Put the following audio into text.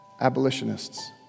abolitionists